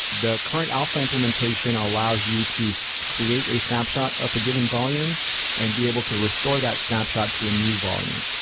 the current alpha implementation allows you to so create a snapshot of a given volume and be able to restore that snapshot to a new volume.